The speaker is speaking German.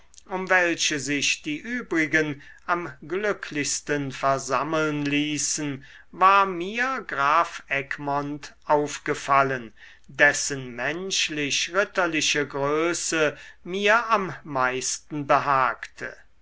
um welche sich die übrigen am glücklichsten versammeln ließen war mir graf egmont aufgefallen dessen menschlich ritterliche größe mir am meisten behagte